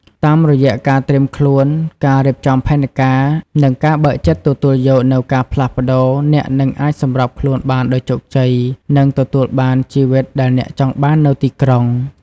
តាមរយៈការត្រៀមខ្លួន ការរៀបចំផែនការ និងការបើកចិត្តទទួលយកនូវការផ្លាស់ប្តូរ អ្នកនឹងអាចសម្របខ្លួនបានដោយជោគជ័យ និងទទួលបានជីវិតដែលអ្នកចង់បាននៅទីក្រុង។